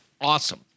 awesome